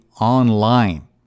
online